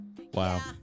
wow